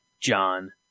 John